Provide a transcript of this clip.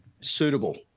suitable